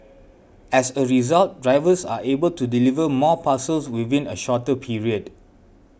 as a result drivers are able to deliver more parcels within a shorter period